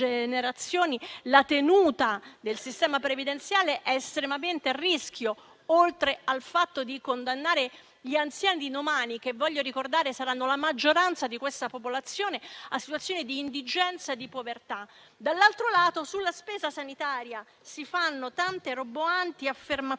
la tenuta del sistema previdenziale è estremamente a rischio, oltre a condannare gli anziani di domani, che - lo voglio ricordare - saranno la maggioranza di questa popolazione, a situazioni di indigenza e di povertà. Dall'altro lato, sulla spesa sanitaria si fanno tante affermazioni